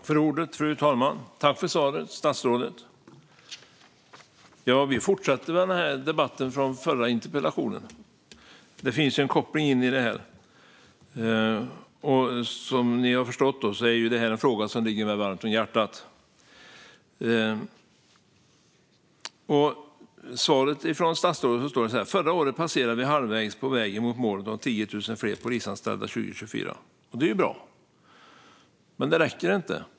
Fru talman! Tack för svaret, statsrådet! Vi fortsätter debatten från den förra interpellationen. Det finns en koppling till detta. Som alla förstår är det här en fråga som ligger mig varmt om hjärtat. I sitt svar säger statsrådet följande: "Förra året passerade vi halvvägs på vägen mot målet om 10 000 fler polisanställda år 2024." Det är bra. Men det räcker inte.